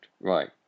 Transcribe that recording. Right